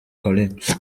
collines